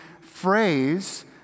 phrase